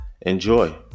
enjoy